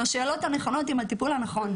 עם השאלות הנכונות ועם הטיפול הנכון.